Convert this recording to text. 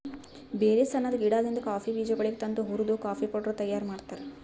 berries ಅನದ್ ಗಿಡದಾಂದ್ coffee ಬೀಜಗೊಳಿಗ್ ತಂದು ಹುರ್ದು ಕಾಫಿ ಪೌಡರ್ ತೈಯಾರ್ ಮಾಡ್ತಾರ್